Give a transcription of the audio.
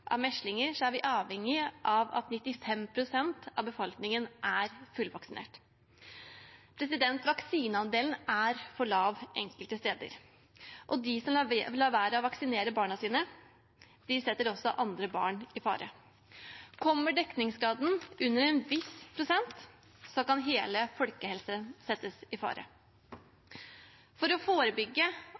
av meslinger er vi avhengig av at 95 pst. av befolkningen er fullvaksinert. Vaksineandelen er for lav enkelte steder, og de som lar være å vaksinere barna sine, setter også andre barn i fare. Kommer dekningsgraden under en viss prosent, kan hele folkehelsen settes i fare. For å forebygge